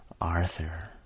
Arthur